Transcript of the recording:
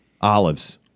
olives